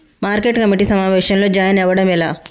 Market committee సమావేశంలో join అవ్వడం ఎలా?